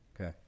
Okay